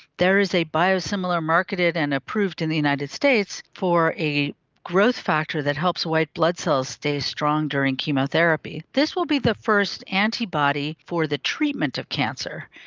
there is a biosimilar marketed and approved in the united states for a growth factor that helps white blood cells stay strong during chemotherapy. this will be the first antibody for the treatment of cancer,